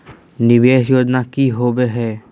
निवेस योजना की होवे है?